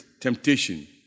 temptation